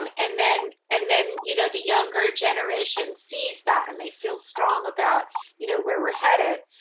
um and then and then you know the younger generation sees that and they feel strong about you know where we're headed.